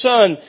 Son